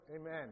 amen